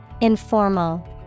Informal